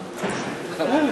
החדש במשכן הכנסת,